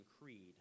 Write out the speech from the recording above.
Creed